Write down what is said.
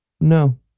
No